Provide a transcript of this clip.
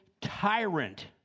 tyrant